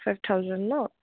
five thousand no